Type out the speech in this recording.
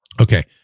okay